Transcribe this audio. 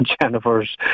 Jennifer's